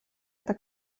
eta